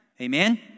amen